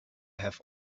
have